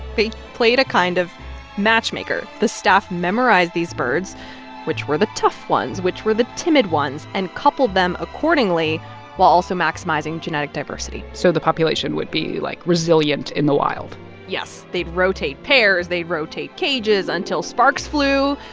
played a kind of matchmaker. the staff memorized these birds which were the tough ones, which were the timid ones and coupled them accordingly while also maximizing genetic diversity so the population would be, like, resilient in the wild yes. they'd rotate pairs, they'd rotate cages until sparks flew.